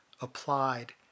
applied